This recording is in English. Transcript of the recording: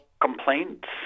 complaints